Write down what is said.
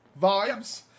vibes